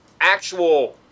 actual